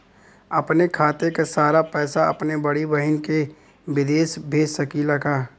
अपने खाते क सारा पैसा अपने बड़ी बहिन के विदेश भेज सकीला का?